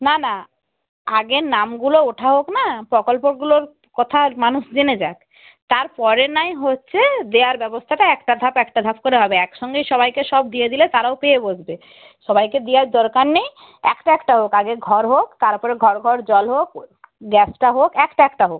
না না আগে নামগুলো ওঠা হোক না প্রকল্পগুলোর কথা মানুষ জেনে যাক তারপরে নায় হচ্ছে দেয়ার ব্যবস্থাটা একটা ধাপ একটা ধাপ করে হবে একসঙ্গেই সবাইকে সব দিয়ে দিলে তারাও পেয়ে বসবে সবাইকে দেওয়ার দরকার নেই একটা একটা হোক আগে ঘর হোক তারপরে ঘর ঘর জল হোক গ্যাসটা হোক একটা একটা হোক